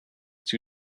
two